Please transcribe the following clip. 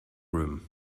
room